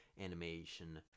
animation